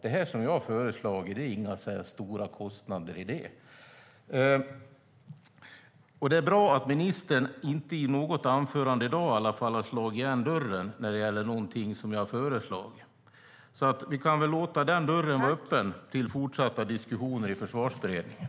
Det är inga stora kostnader i det som jag har föreslagit. Det är bra att ministern inte i något anförande - inte i dag i alla fall - har slagit igen dörren när det gäller någonting som jag har föreslagit. Vi kan väl låta dörren vara öppen till fortsatta diskussioner i Försvarsberedningen.